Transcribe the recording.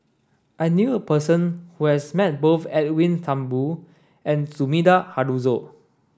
I knew a person who has met both Edwin Thumboo and Sumida Haruzo